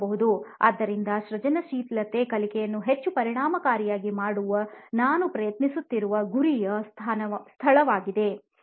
ಆದ್ದರಿಂದ ಸೃಜನಶೀಲತೆ ಕಲಿಕೆಯನ್ನು ಹೆಚ್ಚು ಪರಿಣಾಮಕಾರಿಯಾಗಿ ಮಾಡುವ ನಾವು ಪ್ರಯತ್ನಿಸುತ್ತಿರುವ ಗುರಿಯ ಸ್ಥಳವಾಗಿದೆ